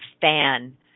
fan